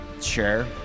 share